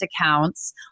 accounts